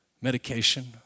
medication